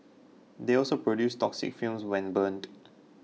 they also produce toxic fumes when burned